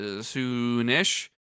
soon-ish